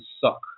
suck